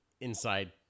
inside